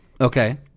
Okay